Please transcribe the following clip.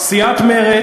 התחלת,